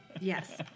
Yes